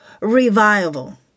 revival